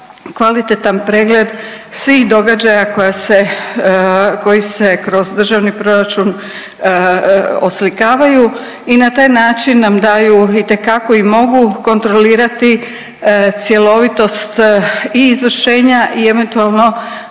kvalitetan pregled svih događaja koji se kroz državni proračun oslikavaju i na taj način nam daju itekako i mogu kontrolirati cjelovitost i izvršenja i eventualno